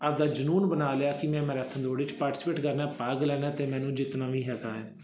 ਆਪਣਾ ਜਨੂੰਨ ਬਣਾ ਲਿਆ ਕਿ ਮੈਂ ਮੈਰਾਥਨ ਦੌੜ ਵਿੱਚ ਪਾਰਟੀਸਪੇਟ ਕਰਨਾ ਭਾਗ ਲੈਣਾ ਅਤੇ ਮੈਨੂੰ ਜਿੱਤਣਾ ਵੀ ਹੈਗਾ